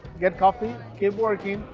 get coffee, get working.